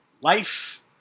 life